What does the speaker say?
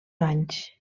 anys